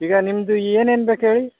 ಈಗ ನಿಮ್ಮದು ಏನೇನು ಬೇಕು ಹೇಳಿ